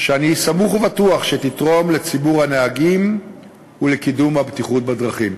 שאני סמוך ובטוח שתתרום לציבור הנהגים ולקידום הבטיחות בדרכים.